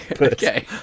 okay